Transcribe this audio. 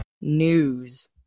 News